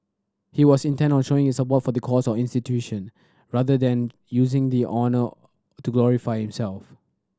he was intent on showing his support for the cause or institution rather than using the honour to glorify himself